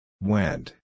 Went